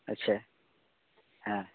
ᱟᱪᱪᱷᱟ ᱦᱮᱸ